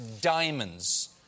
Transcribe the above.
Diamonds